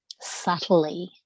subtly